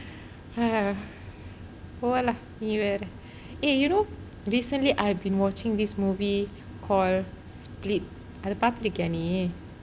eh போ:po lah நீ வேர:ni vera !hey! you know recently I have been watching this movie called split அது பார்த்து இருக்கியா நீ:athu paarthu irukkiya nee